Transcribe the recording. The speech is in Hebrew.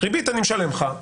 את הריבית אני אשלם לך.